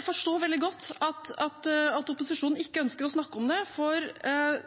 forstår veldig godt at opposisjonen ikke ønsker å snakke om det, for